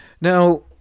Now